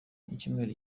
icyumweru